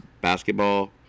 basketball